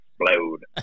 explode